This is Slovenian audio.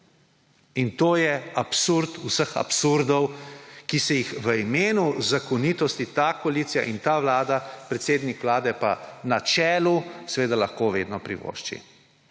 in to je absurd vseh absurdov, ki se jih v imenu zakonitosti ta koalicija in ta vlada, predsednik vlade pa na čelu, seveda lahko vedno privošči.